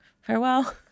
Farewell